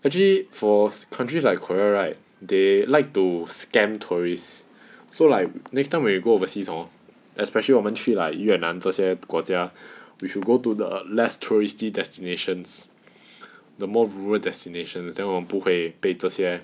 actually for countries like korea right they like to scam tourists so like next time when you go overseas hor especially 我们去 like 越南这些国家 we should go to the less touristy destinations the more rural destination then 我们不会被这些